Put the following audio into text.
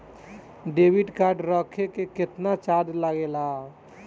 Debit card रखे के केतना चार्ज लगेला?